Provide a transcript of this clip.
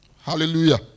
Hallelujah